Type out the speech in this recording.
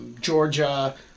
Georgia